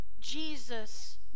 Jesus